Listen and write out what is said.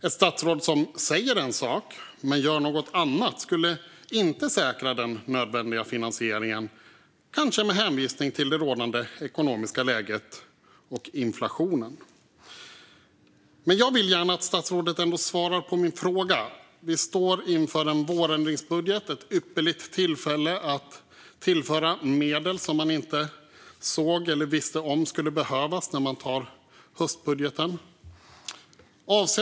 Ett statsråd som säger en sak men gör någonting annat skulle inte säkra den nödvändiga finansieringen, kanske med hänvisning till det rådande ekonomiska läget och inflationen. Men jag vill gärna att statsrådet ändå svarar på min fråga. Vi står inför en vårändringsbudget. Det är ett ypperligt tillfälle att tillföra medel som man inte såg eller inte visste skulle behövas när höstbudgeten antogs.